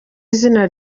izina